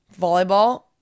volleyball